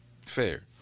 Fair